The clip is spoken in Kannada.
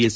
ಎಸ್